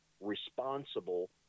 responsible